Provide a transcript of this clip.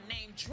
name